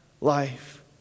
life